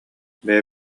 бэйэ